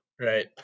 right